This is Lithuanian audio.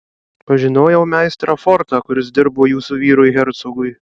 pažinojau meistrą fortą kuris dirbo jūsų vyrui hercogui